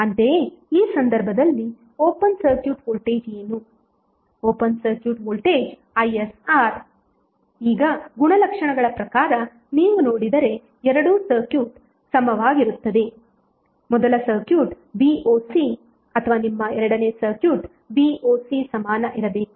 ಅಂತೆಯೇ ಈ ಸಂದರ್ಭದಲ್ಲಿ ಓಪನ್ ಸರ್ಕ್ಯೂಟ್ ವೋಲ್ಟೇಜ್ ಏನು ಓಪನ್ ಸರ್ಕ್ಯೂಟ್ ವೋಲ್ಟೇಜ್ isR ಈಗ ಗುಣಲಕ್ಷಣಗಳ ಪ್ರಕಾರ ನೀವು ನೋಡಿದರೆ ಎರಡೂ ಸರ್ಕ್ಯೂಟ್ ಸಮವಾಗಿರುತ್ತದೆ ಮೊದಲ ಸರ್ಕ್ಯೂಟ್ VOC ಅಥವಾ ನಿಮ್ಮ ಎರಡನೇ ಸರ್ಕ್ಯೂಟ್ VOC ಸಮಾನ ಇರಬೇಕು